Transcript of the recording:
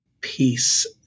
peace